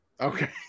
okay